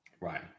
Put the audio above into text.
Right